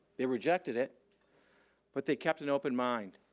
they rejected it but they kept an open mind.